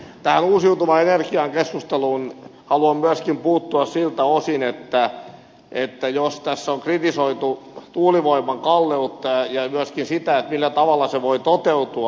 tähän uusiutuvan energian keskusteluun haluan myöskin puuttua siltä osin kun tässä on kritisoitu tuulivoiman kalleutta ja myöskin sitä millä tavalla se voi toteutua